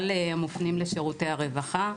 הפונים לשירותי הרווחה.